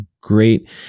great